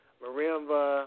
marimba